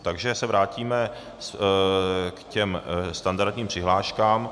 Takže se vrátíme k těm standardním přihláškám.